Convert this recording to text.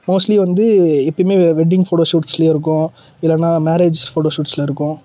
mostly வந்து எப்போயுமே வெ வெட்டிங் ஃபோட்டோஷூட்ஸில் இருக்கும் இல்லைனா மேரேஜ் ஃபோட்டோஷூட்ஸில் இருக்கும்